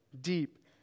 deep